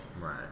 Right